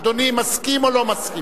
אדוני מסכים או לא מסכים?